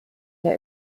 der